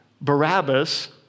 Barabbas